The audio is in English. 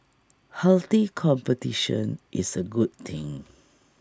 healthy competition is A good thing